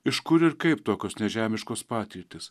iš kur ir kaip tokios nežemiškos patirtys